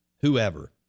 whoever